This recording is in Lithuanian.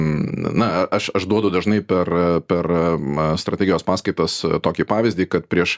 na aš aš duodu dažnai per per strategijos paskaitas tokį pavyzdį kad prieš